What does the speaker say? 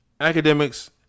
Academics